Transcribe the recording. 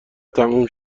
تموم